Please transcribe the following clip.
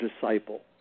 disciple